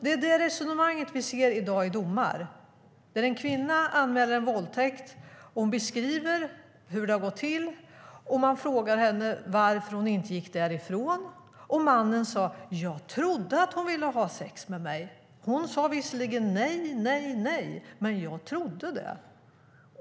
Det är det resonemang vi ser i dag i domar. En kvinna anmäler en våldtäkt. Hon beskriver hur det har gått till. Man frågar henne varför hon inte gick därifrån. Och mannen säger: Jag trodde att hon ville ha sex med mig. Hon sade visserligen: nej, nej, nej. Men jag trodde det.